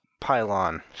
pylon